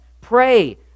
Pray